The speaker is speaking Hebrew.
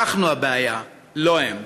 אנחנו הבעיה, לא הם.